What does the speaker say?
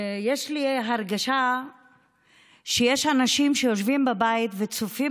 יש לי הרגשה שיש אנשים שיושבים בבית וצופים